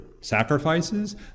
sacrifices